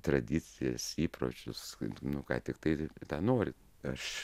tradicijas įpročius nu ką tiktai nori aš